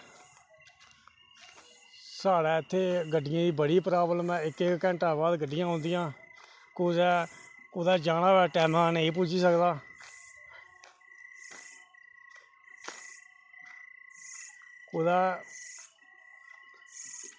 साढ़े इत्थें गड्डियें दी बड़ी प्रॉब्लम ऐ इक्क इक्क घैंटे दे बाद गड्डियां आंदियां कुदै कुदै जाना होऐ बंदा टैमें दा नेईं पुज्जी सकदा कुदै